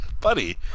Buddy